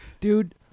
dude